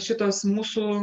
šitos mūsų